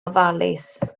ofalus